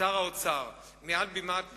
שר האוצר, מעל במה זו,